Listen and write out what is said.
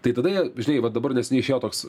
tai tada jie žinai va dabar neseniai išėjo toks